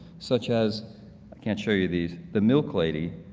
such as i can't show you these the milk lady,